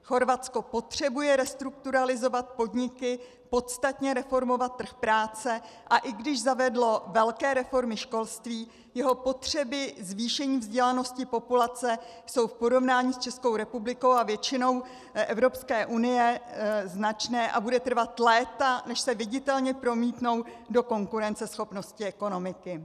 Chorvatsko potřebuje restrukturalizovat podniky, podstatně reformovat trh práce, a i když zavedlo velké reformy školství, jeho potřeby zvýšení vzdělanosti populace jsou v porovnání s Českou republikou a většinou Evropské unie značné a bude trvat léta, než se viditelně promítnou do konkurenceschopnosti ekonomiky.